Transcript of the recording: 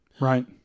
Right